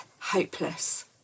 hopeless